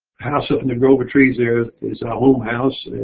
house up in the grove of trees there is a home house, and